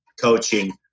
coaching